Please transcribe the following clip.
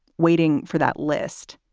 waiting for that list,